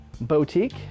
Boutique